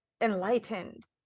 enlightened